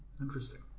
Interesting